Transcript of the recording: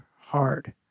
hard